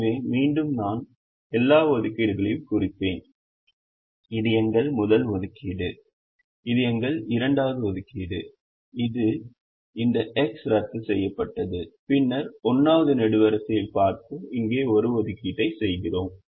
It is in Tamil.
எனவே மீண்டும் நான் எல்லா ஒதுக்கீடு களையும் குறிப்பேன் இது எங்கள் முதல் ஒதுக்கீடு இது எங்கள் இரண்டாவது ஒதுக்கீடாகும் இது இந்த எக்ஸ் ரத்து செய்யப்பட்டது பின்னர் 1 வது நெடுவரிசையைப் பார்த்து இங்கே ஒரு ஒதுக்கீட்டை செய்கிறோம்